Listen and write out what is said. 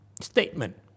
Statement